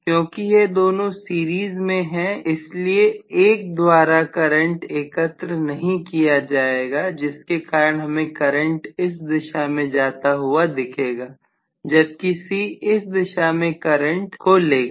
क्योंकि यह दोनों सीरीज में है इसलिए 1 द्वारा करंट एकत्र नहीं किया जाएगा जिसके कारण हमें करंट इस दिशा में जाता हुआ दिखेगा जबकि C इस दिशा में करंट को लेगा